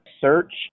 search